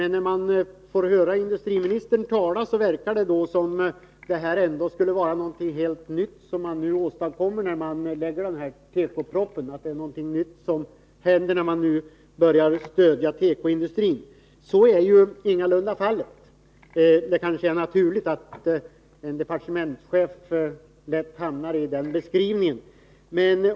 När man hör industriministern tala, verkar det som om han nu anser sig ha åstadkommit någonting helt nytt med att lägga fram denna tekoproposition och börja stödja tekoindustrin. Så är ju ingalunda fallet, men det kanske är naturligt att en departementschef lätt hamnar i den beskrivningen.